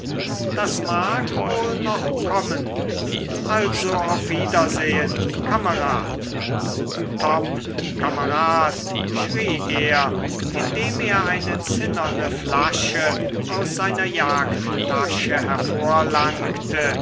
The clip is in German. das mag wohl noch kommen also auf wiedersehen kamerad topp kamerad schrie er indem er eine zinnerne flasche aus seiner